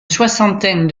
soixantaine